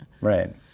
Right